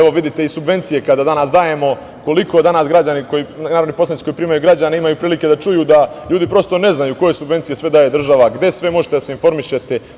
Vidite i subvencije kada danas dajemo, koliko danas narodni poslanici koji primaju građane imaju prilike da čuju da ljudi prosto ne znaju koje subvencije sve daje država, gde sve možete da se informišete.